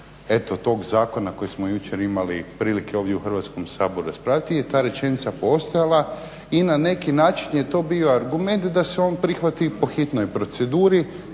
eto tog zakona koji smo jučer imali prilike ovdje u Hrvatskom saboru raspraviti je ta rečenica postojala i na neki način je to bio argument da se on prihvati po hitnoj proceduri.